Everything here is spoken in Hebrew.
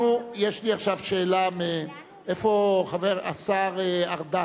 יש לי עכשיו שאלה: איפה השר ארדן?